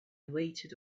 waited